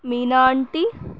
Mina aunty